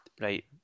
Right